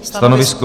Stanovisko?